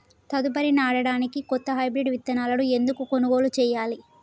తదుపరి నాడనికి కొత్త హైబ్రిడ్ విత్తనాలను ఎందుకు కొనుగోలు చెయ్యాలి?